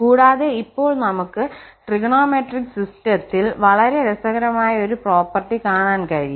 കൂടാതെ ഇപ്പോൾ നമുക് ട്രിഗണോമെട്രിക് സിസ്റ്റത്തിൽ വളരെ രസകരമായ ഒരു പ്രോപ്പർട്ടി കാണാൻ കഴിയും